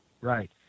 Right